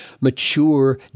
mature